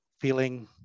feeling